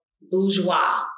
bourgeois